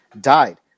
died